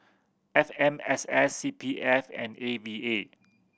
F M S S C P F and A V A